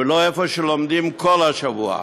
ולא איפה שלומדים כל השבוע.